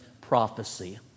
prophecy